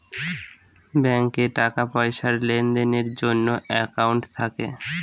ব্যাঙ্কে টাকা পয়সার লেনদেনের জন্য একাউন্ট থাকে